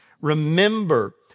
remember